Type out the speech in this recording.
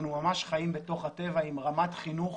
אנחנו ממש חיים בתוך הטבע עם רמת חינוך